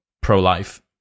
pro-life